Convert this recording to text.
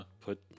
put